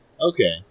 Okay